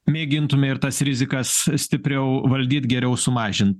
mėgintume ir tas rizikas stipriau valdyt geriau sumažint